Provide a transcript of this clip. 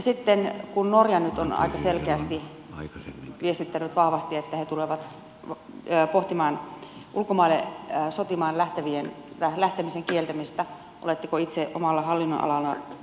sitten kun norja nyt on aika selkeästi viestittänyt vahvasti että he tulevat pohtimaan ulkomaille sotimaan lähtemisen kieltämistä oletteko itse omalla hallinnonalallanne pohtinut tätä